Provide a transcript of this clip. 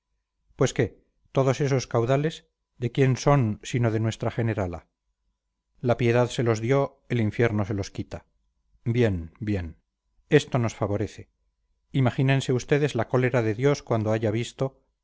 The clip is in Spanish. pues qué todos esos caudales de quién son sino de nuestra generala la piedad se los dio el infierno se los quita bien bien esto nos favorece imagínense ustedes la cólera de dios cuando haya visto